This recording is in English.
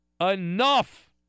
Enough